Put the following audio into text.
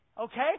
okay